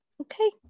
Okay